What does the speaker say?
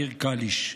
מהעיר קאליש.